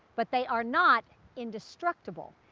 but they are not indestructible.